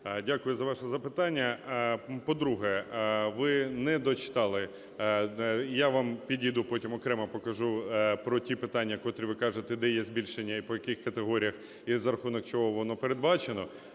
Дякую за ваше запитання. По-друге, ви не дочитали. Я вам підійду й потім окремо покажу про ті питання, котрі ви кажете, де є збільшення і по яких категоріях, і за рахунок чого воно передбачено.